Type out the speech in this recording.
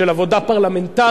של עבודה פרלמנטרית,